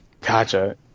Gotcha